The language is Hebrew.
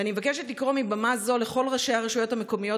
ואני מבקשת לקרוא מבמה זו לכל ראשי הרשויות המקומיות